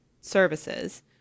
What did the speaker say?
services